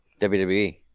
wwe